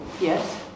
Yes